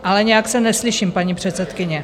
Ale nějak se neslyším, paní předsedkyně.